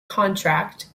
contract